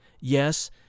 Yes